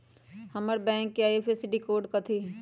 हमर बैंक के IFSC code कथि हई?